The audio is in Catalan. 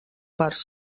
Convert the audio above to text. parts